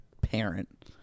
parent